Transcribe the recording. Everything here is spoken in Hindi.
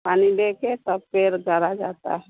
पानी देकर तब पेड़ दरा जाता है